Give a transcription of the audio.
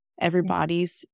Everybody's